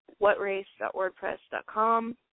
whatrace.wordpress.com